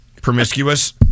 Promiscuous